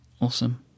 awesome